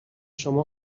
شما